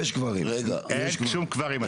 אין שום קברים,